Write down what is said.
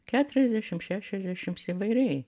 keturiasdešim šešiasdešims įvairiai